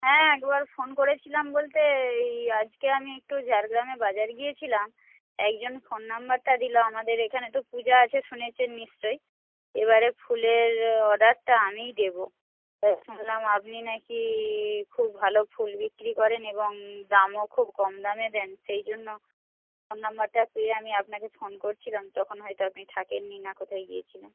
হ্যাঁ একবার ফোন করেছিলাম বলতে এই আজকে আমি একটু ঝাড়গ্রামে বাজার গিয়েছিলাম একজন ফোন নম্বরটা দিল আমাদের এখানে তো পূজা আছে শুনেছেন নিশ্চই এবারে ফুলের অর্ডারটা আমিই দেব শুনলাম আপনি নাকি খুব ভালো ফুল বিক্রি করেন এবং দামও খুব কম দামে দেন সেই জন্য ফোন নম্বরটা পেয়ে আমি আপনাকে ফোন করছিলাম তখন হয়তো আপনি থাকেননি না কোথায় গিয়েছিলেন